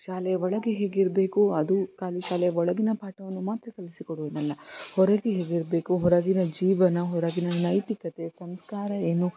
ಶಾಲೆಯ ಒಳಗೆ ಹೇಗಿರಬೇಕು ಅದು ಖಾಲಿ ಶಾಲೆಯ ಒಳಗಿನ ಪಾಠವನ್ನು ಮಾತ್ರ ಕಲಿಸಿಕೊಡುವುದಲ್ಲ ಹೊರಗೆ ಹೇಗಿರಬೇಕು ಹೊರಗಿನ ಜೀವನ ಹೊರಗಿನ ನೈತಿಕತೆ ಸಂಸ್ಕಾರ ಏನು